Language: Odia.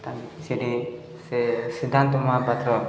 ସେଠି ସେ ସିଦ୍ଧାନ୍ତ ମହାପାତ୍ର